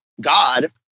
God